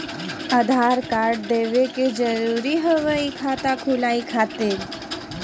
आधार कार्ड देवे के जरूरी हाव हई खाता खुलाए खातिर?